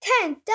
Ten